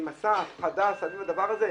עם מסע ההפחדה סביב הדבר הזה?